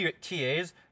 TAs